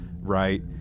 right